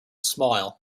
smile